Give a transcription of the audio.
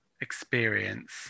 experience